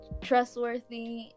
trustworthy